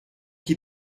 qui